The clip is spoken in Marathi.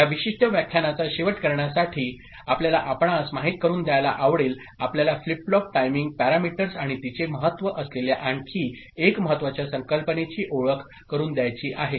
या विशिष्ट व्याख्यानाचा शेवट करण्यासाठी आपल्याला आपणास माहिती करून द्यायला आवडेल आपल्याला फ्लिप फ्लॉप टाइमिंग पॅरामीटर्स आणि तिचे महत्त्व असलेल्या आणखी एक महत्त्वाच्या संकल्पनेची ओळख करून द्यायची आहे